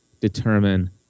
determine